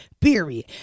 Period